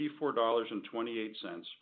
$84.28